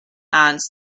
ants